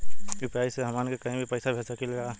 UPI से हमहन के कहीं भी पैसा भेज सकीला जा?